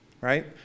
right